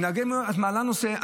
נהגי מוניות, את מעלה נושא.